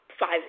five